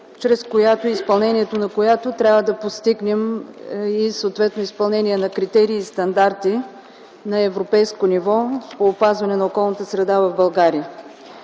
чрез изпълнението на която трябва да постигнем и съответно изпълнение на критерии и стандарти на европейско ниво по опазване на околната среда в България.